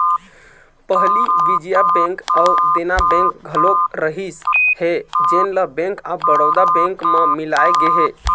पहली विजया बेंक अउ देना बेंक घलोक रहिस हे जेन ल बेंक ऑफ बड़ौदा बेंक म मिलाय गे हे